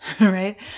right